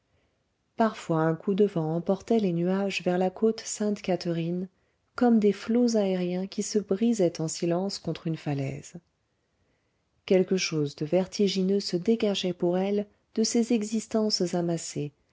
parfois un coup de vent emportait les nuages vers la côte sainte-catherine comme des flots aériens qui se brisaient en silence contre une falaise quelque chose de vertigineux se dégageait pour elle de ces existences amassées